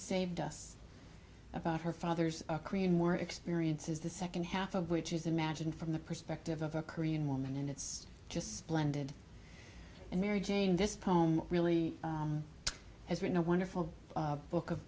saved us about her father's a korean war experiences the second half of which is imagine from the perspective of a korean woman and it's just splendid and mary jane this poem really has written a wonderful book